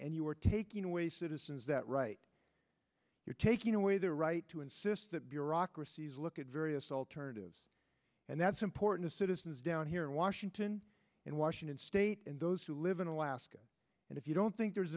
and you're taking away citizens that right you're taking away the right to insist that bureaucracies look at various alternatives and that's important to citizens down here in washington in washington state and those who live in alaska and if you don't think there's